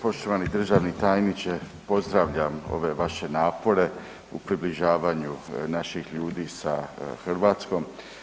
Poštovani državni tajniče, pozdravljam ove vaše napore u približavanju naših ljudi sa Hrvatskom.